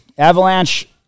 Avalanche